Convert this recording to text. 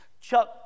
Chuck